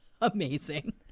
amazing